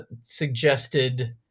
suggested